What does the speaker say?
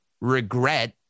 regret